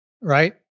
Right